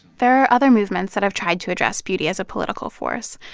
there are other movements that have tried to address beauty as a political force.